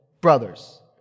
brothers